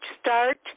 start